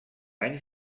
anys